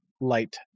light